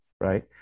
right